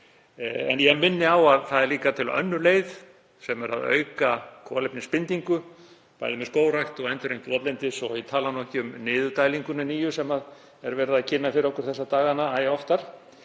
En ég minni á að það er líka til önnur leið sem er að auka kolefnisbindingu, bæði með skógrækt og endurheimt votlendis, ég tala nú ekki um niðurdælingunni nýju sem æ oftar er verið að kynna fyrir okkur þessa dagana. Ef